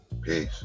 Peace